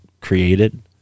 created